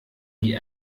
wie